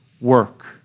work